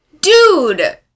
Dude